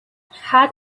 had